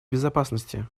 безопасности